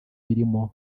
birimo